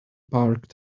parked